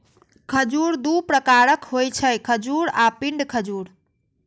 खजूर दू प्रकारक होइ छै, खजूर आ पिंड खजूर